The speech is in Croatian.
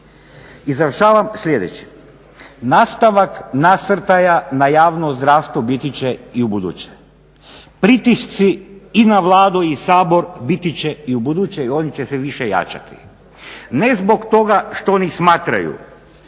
I završavam sljedećim, nastavak nasrtaja na javno zdravstvo biti će i ubuduće. Pritisci i na Vladu i Sabor biti će i ubuduće i oni će sve više jačati. Ne zbog toga što oni smatraju